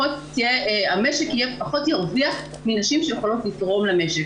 שהמשק פחות ירוויח מנשים שיכולות לתרום למשק,